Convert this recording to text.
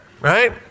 Right